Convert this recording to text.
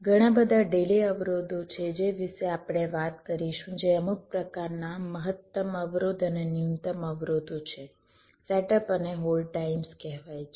ઘણા બધા ડિલે અવરોધો છે જે વિશે આપણે વાત કરીશું જે અમુક પ્રકારના મહત્તમ અવરોધ અને ન્યુનત્તમ અવરોધો છે સેટઅપ અને હોલ્ડ ટાઈમ્સ કહેવાય છે